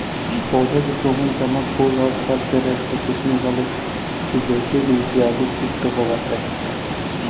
पौधों के कोमल तना, फूल और फल के रस को चूसने वाले की जैसिड इत्यादि कीट होवअ हई